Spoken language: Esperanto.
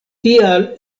tial